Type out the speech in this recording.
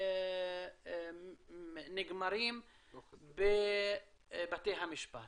נגמרים בבתי המשפט